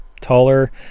taller